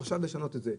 עכשיו לשנות את זה.